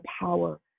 power